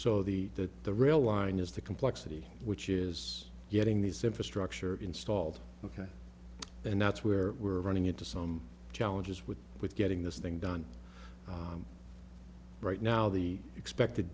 so the that the rail line is the complexity which is getting these infrastructure installed ok and that's where we're running into some challenges with with getting this thing done right now the expected